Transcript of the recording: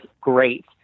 great